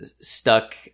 stuck